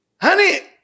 Honey